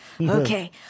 Okay